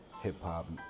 hip-hop